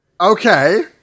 Okay